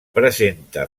presenta